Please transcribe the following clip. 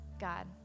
God